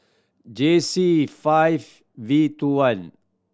J C five V two one